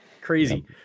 crazy